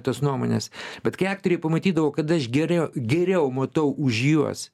tos nuomonės bet kai aktoriai pamatydavo kad aš geriau geriau matau už juos